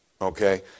Okay